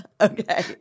Okay